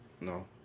no